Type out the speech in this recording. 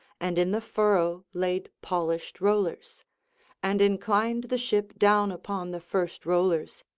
and in the furrow laid polished rollers and inclined the ship down upon the first rollers,